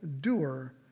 doer